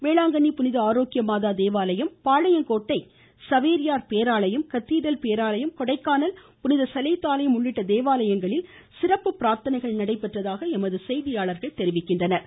வேளாங்கண்ணி புனித ஆரோக்கிய மாத தேவாலயம் பாளையங்கோட்டை சவேரியர் பேராலயம் கத்தீட்ரல் பேராலயம் கொடைக்கானல் புனித சலேத் ஆலயம் உள்ளிட்ட தேவாலயங்களில் சிறப்பு பிரார்த்தனைகள் நடைபெற்றன